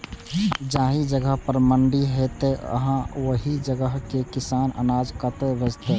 जाहि जगह पर मंडी हैते आ ओहि जगह के किसान अनाज कतय बेचते?